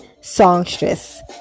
songstress